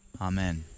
Amen